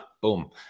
Boom